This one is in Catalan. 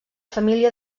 família